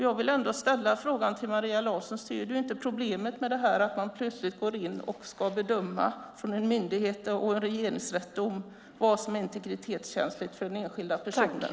Jag vill ändå ställa frågan till Maria Larsson: Ser du inte problemet med att man plötsligt går in och från myndigheter och en regeringsrättsdom ska bedöma vad som är integritetskänsligt för den enskilda personen?